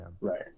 Right